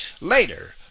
Later